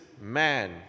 man